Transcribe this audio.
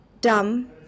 dumb